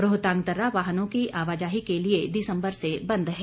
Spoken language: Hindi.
रोहतांग दर्रा वाहनों की आवाजाही के लिए दिसम्बर से बंद है